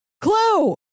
Clue